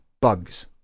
bugs